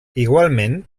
igualment